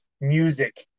music